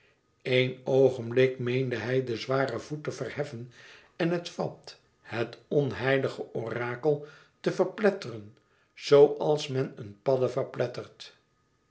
eén oogenblik meende hij den zwaren voet te verheffen en het vat het onheilige orakel te verpletteren zoo als men een padde verplettert